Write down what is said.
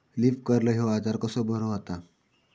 Leaf curl ह्यो आजार कसो बरो व्हता?